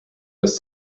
was